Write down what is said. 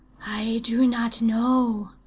i do not know,